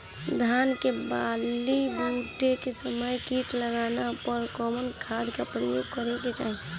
धान के बाली फूटे के समय कीट लागला पर कउन खाद क प्रयोग करे के चाही?